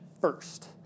first